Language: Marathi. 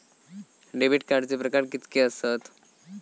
डेबिट कार्डचे प्रकार कीतके आसत?